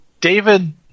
David